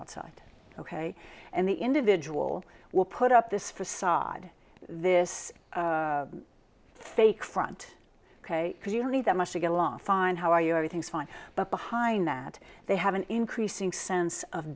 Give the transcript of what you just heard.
outside ok and the individual will put up this facade this fake front because you don't need that much to get along fine how are you everything's fine but behind that they have an increasing sense of